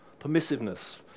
Permissiveness